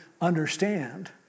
understand